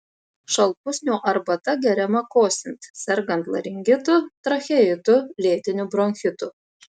šalpusnio arbata geriama kosint sergant laringitu tracheitu lėtiniu bronchitu